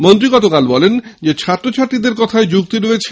মন্ত্রী গতকাল বলেনছাত্রছাত্রীদের কথায় যুক্তি আছে